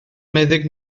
meddyg